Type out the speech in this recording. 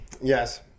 Yes